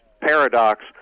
paradox